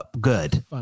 good